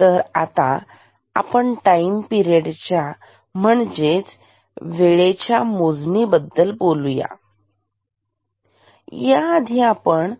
तर आता आपण टाईम पिरियड च्या म्हणजेच वेळेच्या मोजणी बद्दल बोलूया तर याआधी आपण